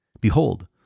Behold